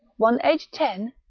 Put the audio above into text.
one aged ten,